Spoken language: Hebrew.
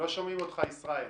לא שומעים אותך, ישראל.